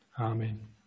Amen